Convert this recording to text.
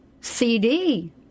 CD